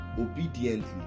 obediently